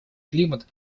климат